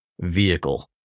vehicle